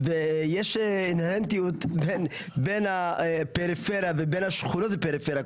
יש אינהרנטיות בין הפריפריה ובין השכונות בפריפריה,